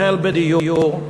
החל בדיור,